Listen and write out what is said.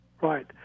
Right